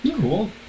Cool